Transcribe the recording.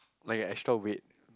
like an extra weight